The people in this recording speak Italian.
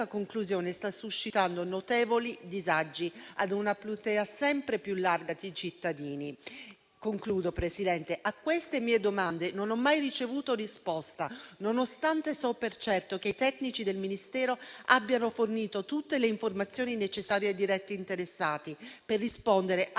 conclusione sta suscitando notevoli disagi ad una platea sempre più larga di cittadini. A queste mie domande non ho mai ricevuto risposta, nonostante sappia per certo che i tecnici del Ministero abbiano fornito tutte le informazioni necessarie ai diretti interessati per rispondere